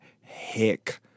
hick